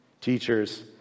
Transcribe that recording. Teachers